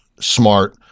smart